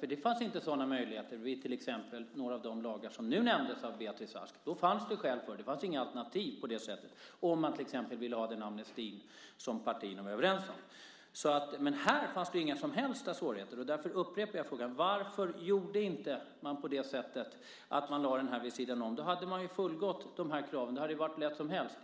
Det fanns inte sådana möjligheter vid till exempel några av de lagar som nämndes av Beatrice Ask. Då fanns det skäl för det. Det fanns inga alternativ om man till exempel ville ha den amnesti som partierna var överens om. Här fanns det inga som helst svårigheter. Därför upprepar jag frågan: Varför lade man inte detta vid sidan om? Då hade man ju uppfyllt kraven. Det hade varit hur lätt som helst.